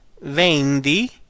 VENDI